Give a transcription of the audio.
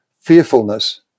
fearfulness